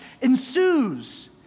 ensues